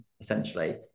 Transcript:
essentially